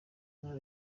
ntara